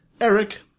Eric